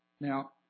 Now